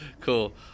cool